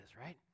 right